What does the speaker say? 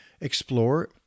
explore